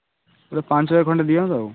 ପୂରା ପାଞ୍ଚ ହଜାର ଖଣ୍ଡେ ଦିଅନ୍ତୁ